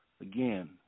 Again